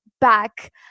back